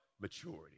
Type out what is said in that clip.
maturity